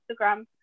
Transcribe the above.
instagram